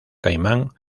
caimán